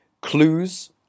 clues